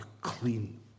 clean